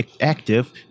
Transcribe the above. active